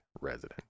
resident